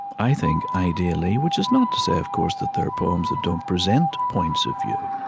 i think, ideally. which is not to say, of course, that there are poems that don't present points of view,